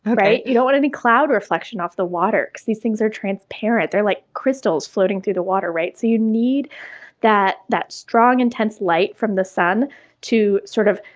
you don't want any cloud reflection off the water because these things are transparent, they're like crystals floating through the water, right? so you need that that strong, intense light from the sun to, sort of,